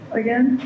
again